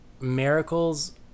miracles